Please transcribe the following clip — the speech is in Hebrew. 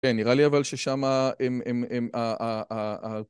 כן, נראה לי אבל ששם ה...